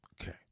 Okay